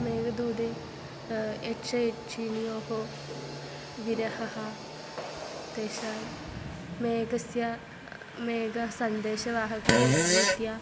मेघदूते यक्षयक्षिण्योः विरहः तेषां मेघस्य मेघः सन्देशवाहकः रीत्या